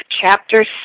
Chapter